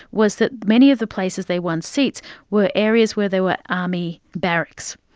was that many of the places they won seats were areas where there were army barracks.